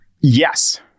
Yes